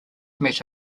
met